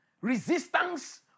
resistance